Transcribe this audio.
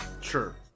Sure